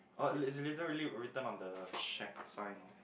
oh it's literally written on the shack sign